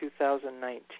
2019